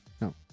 no